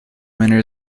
winner